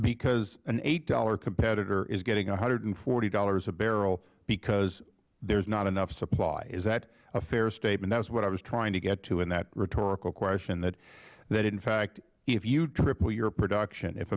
because an eight dollars competitor is getting one hundred and forty dollars a barrel because there's not enough supply is that a fair statement that's what i was trying to get to in that rhetorical question that in fact you triple your production if